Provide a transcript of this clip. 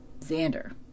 Xander